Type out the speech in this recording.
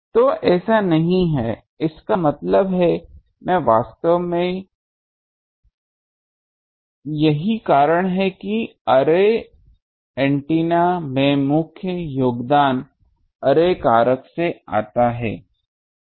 तो ऐसा नहीं है इसका मतलब है मैं वास्तव में यही कारण है कि अर्रे एंटीना में मुख्य योगदान अर्रे कारक से आता है